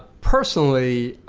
personally,